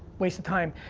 waste of time.